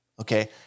Okay